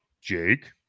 Jake